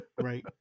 Right